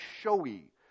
showy